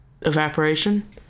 evaporation